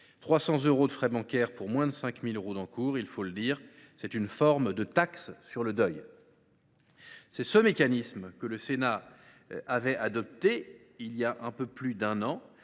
300 euros de frais bancaires pour moins de 5 000 euros d’encours, il faut le dire, c’est une forme de taxe sur le deuil. C’est ce mécanisme que le Sénat avait adopté, il y a un peu plus d’un an,